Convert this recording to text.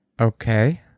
okay